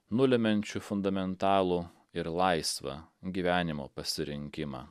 nulemiančiu fundamentalų ir laisvą gyvenimo pasirinkimą